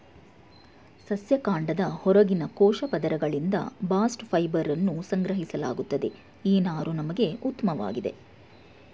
ಸಸ್ಯ ಕಾಂಡದ ಹೊರಗಿನ ಕೋಶ ಪದರಗಳಿಂದ ಬಾಸ್ಟ್ ಫೈಬರನ್ನು ಸಂಗ್ರಹಿಸಲಾಗುತ್ತದೆ ಈ ನಾರು ನಮ್ಗೆ ಉತ್ಮವಾಗಿದೆ